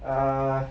err